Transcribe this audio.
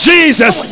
Jesus